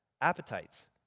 appetites